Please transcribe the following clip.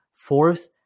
fourth